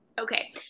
Okay